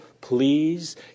please